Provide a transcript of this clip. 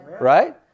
right